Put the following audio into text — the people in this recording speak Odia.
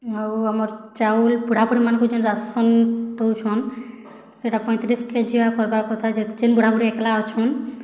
ଆଉ ଆମର୍ ଚାଉଲ୍ ବୁଢ଼ା ବୁଢ଼ୀ ମାନଙ୍କୁ ଜେନ୍ ରାଶନ୍ ଦେଉଛନ୍ ସେଟା ପଇଁତିରିଶ୍ କେଜିଆ କରିବାର୍ କଥା ଯେତେ ଜେନ୍ ବୁଢ଼ା ବୁଢ଼ୀ ଏକଲା ଅଛନ୍